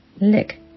lick